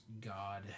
God